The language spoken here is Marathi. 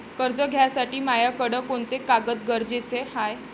कर्ज घ्यासाठी मायाकडं कोंते कागद गरजेचे हाय?